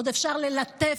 עוד אפשר ללטף.